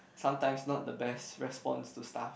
sometimes not the best response to stuff